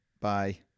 Bye